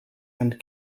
and